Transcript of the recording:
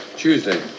Tuesday